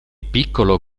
piccolo